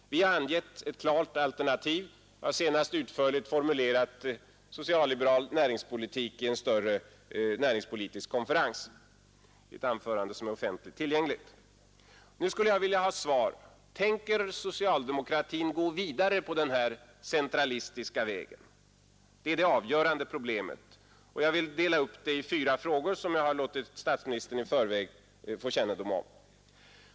Vi har också angivit ett klart alternativ, senast utförligt formulerat i ett anförande om social-liberal näringspolitik vid en större näringspolitisk konferens — ett anförande som finns offentligt tillgängligt. Tänker socialdemokratin gå vidare på den centralistiska vägen? Det är det avgörande problemet. Jag har delat upp det i fyra frågor, som jag låtit statsministern i förväg få kännedom om.